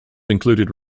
included